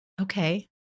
Okay